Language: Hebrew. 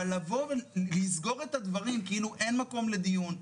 אבל לבוא ולסגור את הדברים כאילו אין מקום לדיון,